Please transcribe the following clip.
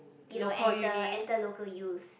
you know enter enter local use